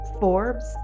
Forbes